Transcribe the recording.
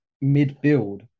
mid-build